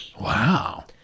Wow